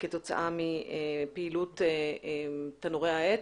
כתוצאה מפעילות תנורי העץ,